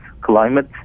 climate